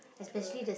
tour